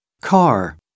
car